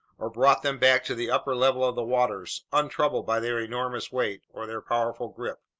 or brought them back to the upper level of the waters, untroubled by their enormous weight or their powerful grip.